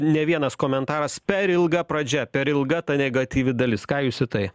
ne vienas komentaras per ilga pradžia per ilga ta negatyvi dalis ką jūs į tai